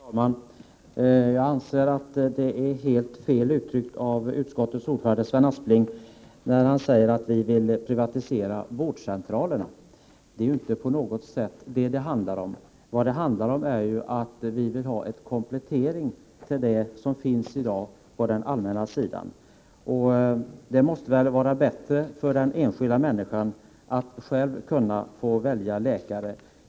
Fru talman! Jag anser att det är helt fel uttryckt av utskottets ordförande Sven Aspling när han säger att vi vill privatisera vårdcentralerna. Det är inte på något sätt detta det handlar om. Det handlar om att vi vill ha en komplettering till det som i dag finns på den allmänna sidan. Det måste väl vara bättre för den enskilda människan att själv kunna få välja läkare.